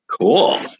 Cool